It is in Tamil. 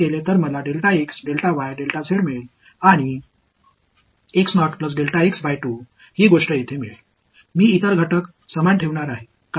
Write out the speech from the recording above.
ஏனெனில் அவை மாறாது இது ஆக இருக்கப்போகிறது மாற்ற வேண்டாம் மற்றும் முழு விஷயத்தையும் வகுக்கிறேன் இந்த நபர்கள் 0 ஆக இருப்பதாக நான் வரம்பை எடுத்துக் கொண்டால்